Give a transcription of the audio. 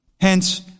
Hence